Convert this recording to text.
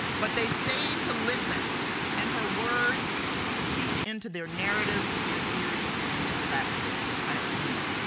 but they stayed to listen and her words seeped into their narratives their theories and their practice. i have seen it.